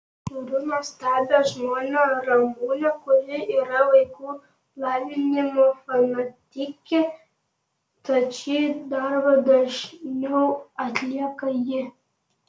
turiu nuostabią žmoną ramunę kuri yra vaikų lavinimo fanatikė tad šį darbą dažniau atlieka ji